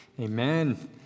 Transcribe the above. Amen